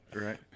Right